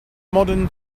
modern